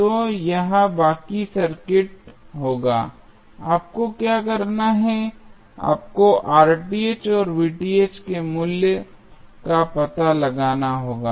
तो यह बाकी सर्किट होगा आपको क्या करना है आपको और के मूल्य का पता लगाना होगा